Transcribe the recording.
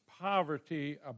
poverty